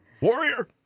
Warrior